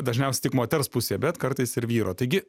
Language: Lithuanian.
dažniausiai tik moters pusėje bet kartais ir vyro taigi